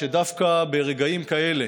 שדווקא ברגעים כאלה,